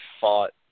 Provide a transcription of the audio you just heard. fought